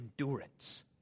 endurance